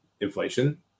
inflation